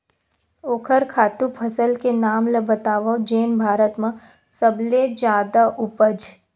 ओखर खातु फसल के नाम ला बतावव जेन भारत मा सबले जादा उपज?